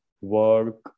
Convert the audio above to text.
work